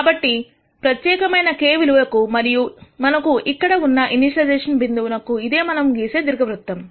కాబట్టి ఒక ప్రత్యేకమైన k విలువకు మరియు మనకు ఇక్కడ ఉన్నా ఇనీషియలైజెషన్ బిందువుకు ఇదే మనము గీసే దీర్ఘ వృత్తం